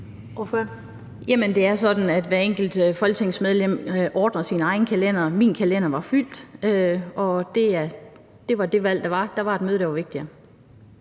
hvert enkelt folketingsmedlem ordner sin egen kalender. Min kalender var fyldt, og det var det valg, der var. Der